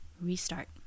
restart